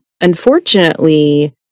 unfortunately